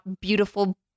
beautiful